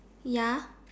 ya